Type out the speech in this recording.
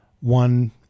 one